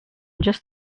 just